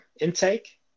intake